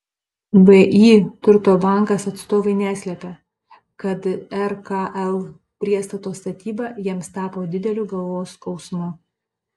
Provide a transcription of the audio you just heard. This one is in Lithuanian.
vį turto bankas atstovai neslepia kad rkl priestato statyba jiems tapo dideliu galvos skausmu